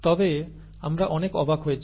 তবে আমরা অনেক অবাক হয়েছি